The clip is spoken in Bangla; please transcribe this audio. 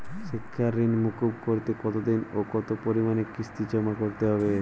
শিক্ষার ঋণ মুকুব করতে কতোদিনে ও কতো পরিমাণে কিস্তি জমা করতে হবে?